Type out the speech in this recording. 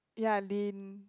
ya Lynn